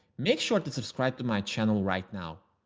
make sure to subscribe to my channel right now.